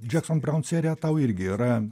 jackson braun serija tau irgi yra